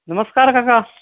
नमस्कार काका